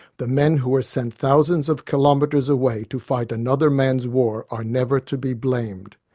the men who were sent thousands of kilometres away to fight another man's war are never to be blamed.